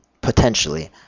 potentially